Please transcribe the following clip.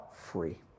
free